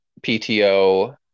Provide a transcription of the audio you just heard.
pto